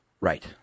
Right